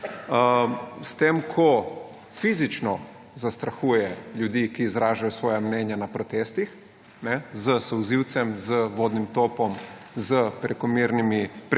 S tem ko fizično zastrahuje ljudi, ki izražajo svoja mnenja na protestih, s solzivcem, z vodnim topom, s prekomerno uporabo